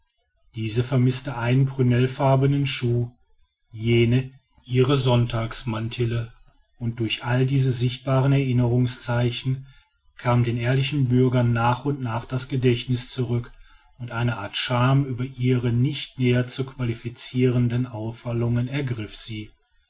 diese vermißte einen seinen prünellfarbenen schuh jene ihre sonntagsmantille und durch alle diese sichtbaren erinnerungszeichen kam den ehrlichen bürgern nach und nach das gedächtniß zurück und eine art scham über ihre nicht näher zu qualificirende aufwallung ergriff sie